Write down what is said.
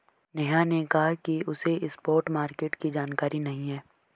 नेहा ने कहा कि उसे स्पॉट मार्केट की जानकारी नहीं है